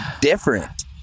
different